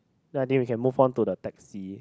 then I think we can move on to the taxi